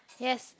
yes